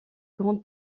grande